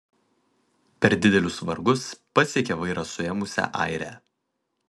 per didelius vargus pasiekė vairą suėmusią airę